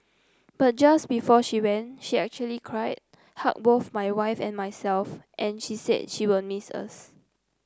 but just before she went she actually cried hugged both my wife and myself and she said she will miss us